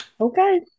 Okay